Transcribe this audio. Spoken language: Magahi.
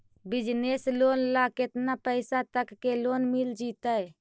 बिजनेस लोन ल केतना पैसा तक के लोन मिल जितै?